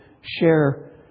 share